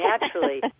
naturally